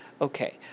Okay